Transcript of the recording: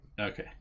Okay